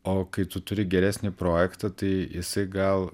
o kai tu turi geresnį projektą tai jisai gal